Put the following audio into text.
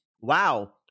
wow